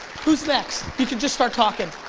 who's next, you can just start talking,